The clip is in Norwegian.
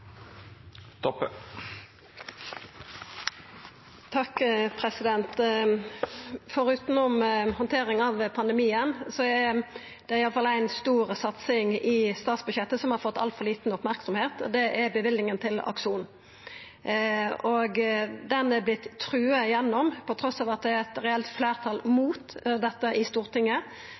stor satsing i statsbudsjettet som har fått altfor lita merksemd, og det er løyvinga til Akson. Ho er vorten trua gjennom trass i at det er eit reelt fleirtal mot dette i Stortinget.